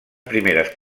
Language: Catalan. primeres